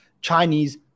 Chinese